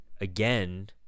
again